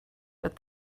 but